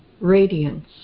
Radiance